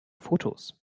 fotos